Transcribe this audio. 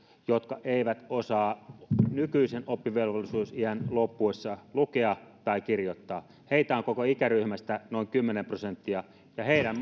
jotka eivät osaa nykyisen oppivelvollisuusiän loppuessa lukea tai kirjoittaa heitä on koko ikäryhmästä noin kymmenen prosenttia ja heidän